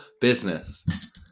business